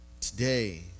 Today